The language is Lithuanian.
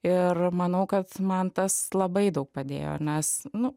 ir manau kad man tas labai daug padėjo nes nu